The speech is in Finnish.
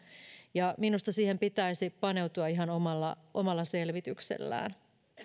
ja minusta siihen pitäisi paneutua ihan omalla omalla selvityksellään